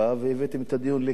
והבאתם את הדיון לכאן,